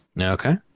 okay